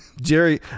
Jerry